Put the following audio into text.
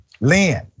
Lynn